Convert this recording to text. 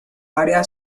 área